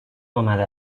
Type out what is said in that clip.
آمده